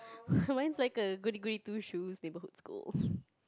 mine's like a goody goody two shoes neighbourhood school